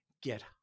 get